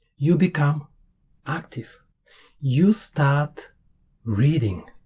you become active you start reading